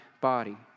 body